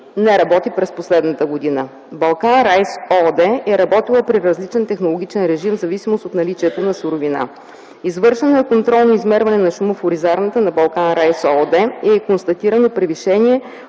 не работи през последната година. „Балкан Райс” ООД е работила при различен технологичен режим в зависимост от наличието на суровина. Извършено е контролно измерване на шум в оризарната на „Балкан Райс” ООД и е констатирано превишение